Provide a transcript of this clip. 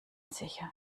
sicher